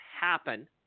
happen